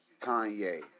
Kanye